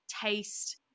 taste